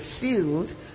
sealed